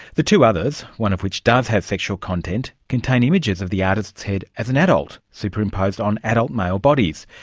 the two others, one of which does have sexual content, contain images of the artist's head as an adult superimposed on adult male bodies.